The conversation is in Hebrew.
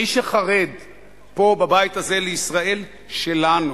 מי שחרד פה, בבית הזה, לישראל שלנו,